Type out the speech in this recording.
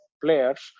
players